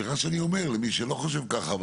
סליחה שאני אומר למי שלא חושב ככה,